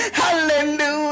hallelujah